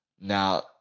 now